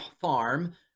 farm